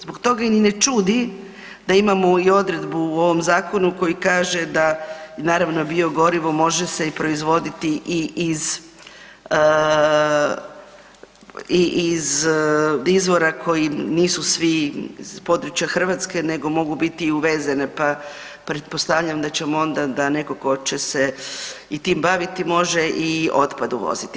Zbog toga ni ne čudi da imamo i odredbu u ovom zakonu koji kaže da naravno biogorivo može se proizvoditi i iz izvora koji nisu svi iz područja Hrvatske nego mogu biti i uvezeni pa pretpostavljam da ćemo onda da neko ko će se i tim baviti, može i otpadom uvoziti.